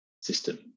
system